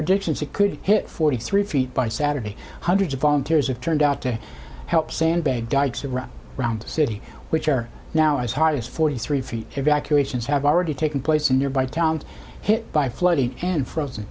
predictions it could hit forty three feet by saturday hundreds of volunteers have turned out to help sandbag dikes around around the city which are now as high as forty three feet evacuations have already taken place in nearby towns hit by flooding and frozen